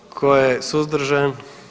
Tko je suzdržan?